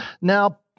now